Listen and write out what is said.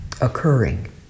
occurring